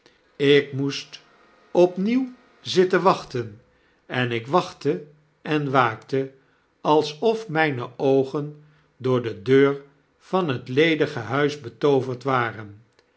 ik moest opnieuw zitten wachten en ik wachtte en waakte alsof myne oogen door de deur van het ledige huis betooverd waren